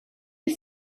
ist